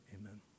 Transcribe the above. amen